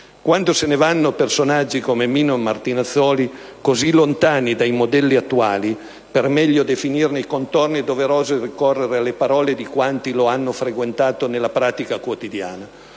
Quando se ne vanno personaggi come Mino Martinazzoli, così lontani dai modelli attuali, per meglio definirne i contorni è doveroso ricorrere alle parole di quanti lo hanno frequentato nella pratica quotidiana.